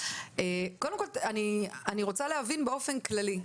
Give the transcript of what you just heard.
קודם כל אני רוצה להבין באופן כללי,